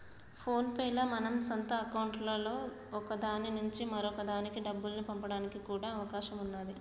phone pay లో మన సొంత అకౌంట్లలో ఒక దాని నుంచి మరొక దానికి డబ్బుల్ని పంపడానికి కూడా అవకాశం ఉన్నాది